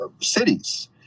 cities